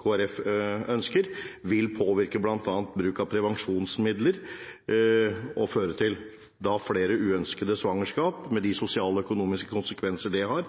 ønsker, bl.a. vil påvirke bruken av prevensjonsmidler og føre til flere uønskede svangerskap, med de sosiale og økonomiske konsekvenser det har.